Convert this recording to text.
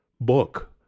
book